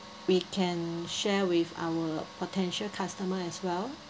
we can share with our potential customer as well